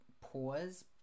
pause